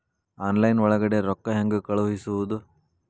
Online ಒಳಗಡೆ ರೊಕ್ಕ ಹೆಂಗ್ ಕಳುಹಿಸುವುದು?